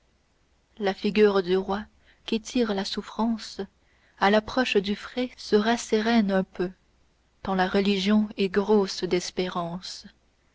la figure du roi qu'étire la souffrance a l'approche du fray se rassérène un peu tant la religion est grosse d'espérance